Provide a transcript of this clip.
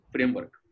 Framework